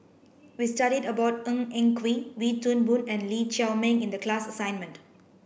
we studied about Ng Eng Kee Wee Toon Boon and Lee Chiaw Meng in the class assignment